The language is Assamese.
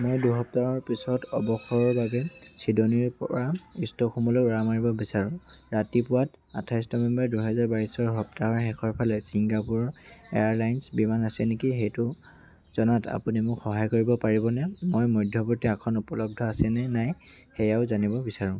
মই দুসপ্তাহৰ পিছত অৱসৰৰ বাবে ছিডনীৰ পৰা ষ্টকহোমলৈ উৰা মাৰিব বিচাৰোঁ ৰাতিপুৱাত আঠাছ নৱেম্বৰ দুহেজাৰ বাইছৰ সপ্তাহৰ শেষৰ ফালে ছিংগাপুৰ এয়াৰলাইন্স বিমান আছে নেকি সেইটো জনাত আপুনি মোক সহায় কৰিব পাৰিবনে মই মধ্যৱৰ্তী আসন উপলব্ধ আছেনে নাই সেয়াও জানিব বিচাৰোঁঁ